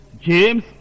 James